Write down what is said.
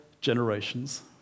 generations